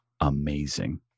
amazing